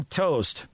toast